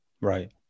right